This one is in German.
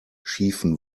schiefen